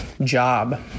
job